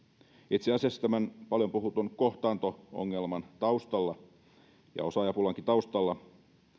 itse asiassa tämän paljon puhutun kohtaanto ongelman taustalla ja osaajapulankin taustalla